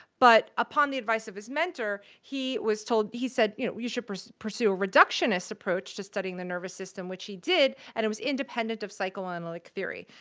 but upon the advice of his mentor, he was told he said, you know, you should pursue pursue a reductionist approach to studying the nervous system, which he did, and it was independent of psychoanalytic theory.